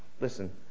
Listen